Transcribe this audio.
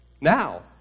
now